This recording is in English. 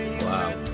Wow